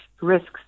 risks